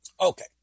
Okay